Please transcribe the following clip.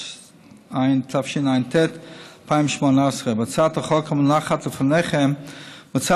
התשע"ט 2018. בהצעת החוק המונחת לפניכם מוצע